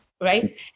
Right